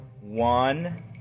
one